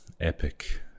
epic